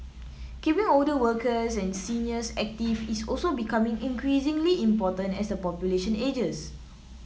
keeping older workers and seniors active is also becoming increasingly important as the population ages